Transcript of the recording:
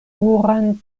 puran